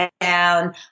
down